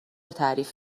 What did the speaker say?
تعریف